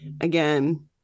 again